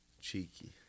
Cheeky